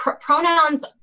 pronouns